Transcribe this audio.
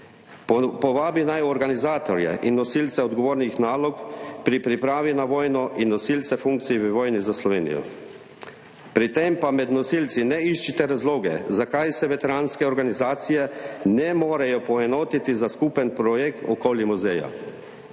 Povabi naj organizatorje in nosilce odgovornih nalog pri pripravi na vojno in nosilce funkcij v vojni za Slovenijo. Pri tem pa med nosilci ne iščite razlogov, zakaj se veteranske organizacije ne morejo poenotiti za skupen projekt okoli muzeja,